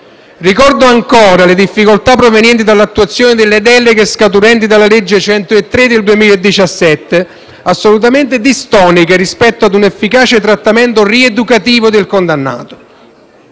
Ricordo ancora le difficoltà provenienti dall'attuazione delle deleghe scaturenti dalla legge n. 103 del 2017, assolutamente distoniche rispetto a un efficace trattamento rieducativo del condannato.